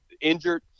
injured